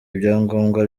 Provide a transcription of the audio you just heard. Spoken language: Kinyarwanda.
ibyangombwa